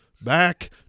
back